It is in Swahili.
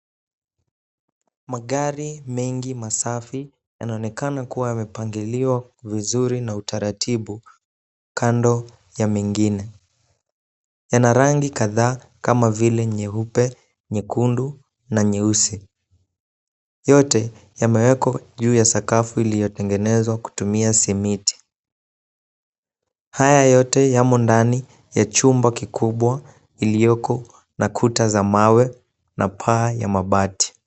Magari mengi masafi yanaonekana kua yamepangaliwa vizuri na utaratibu Kando ya mengine ,Yana rangi kadhaa kama vile nyeupe, nyekundu na nyeusi .Yote yamewekwa juu ya sakafu iliotengenezwa kutumia simiti, haya yote yamo ndani ya chumba kikubwa iliyoko na Kuta za mawe na paa za mabati .